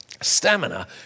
Stamina